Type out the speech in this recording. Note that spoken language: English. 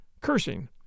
cursing